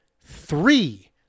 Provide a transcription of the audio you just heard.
Three